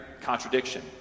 contradiction